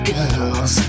Girls